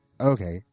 okay